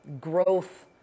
growth